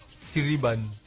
Siriban